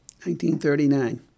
1939